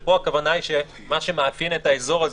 בעוד שפה הכוונה היא שמה שמאפיין את האזור הזה,